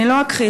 אני לא אכחיש,